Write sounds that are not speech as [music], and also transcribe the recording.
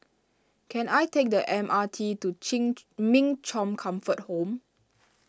can I take the M R T to Chin [noise] Min Chong Comfort Home